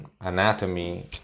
anatomy